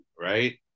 right